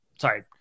sorry